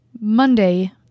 Monday